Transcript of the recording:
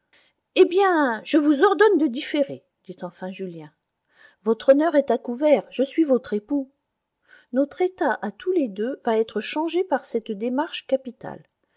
eh bien je vous ordonne de différer dit enfin julien votre honneur est à couvert je suis votre époux notre état à tous les deux va être changé par cette démarche capitale